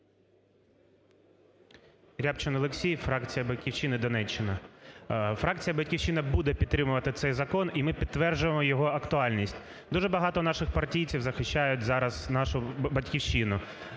Рябчин Олексій, фракція "Батьківщина", Донеччина. Фракція "Батьківщина" буде підтримувати цей закон і ми підтверджуємо його актуальність. Дуже багато наших партійців захищають зараз нашу Батьківщину,